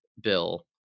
bill